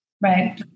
Right